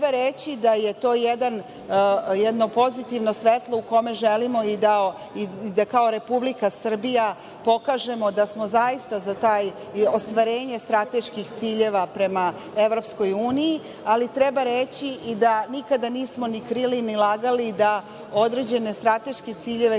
treba reći da je to jedno pozitivno svetlo u kome želimo i da kao Republika Srbija pokažemo da smo zaista za ostvarenje strateških ciljeva prema EU, ali treba reći i da nikada nismo ni krili, ni lagali da određene strateške ciljeve,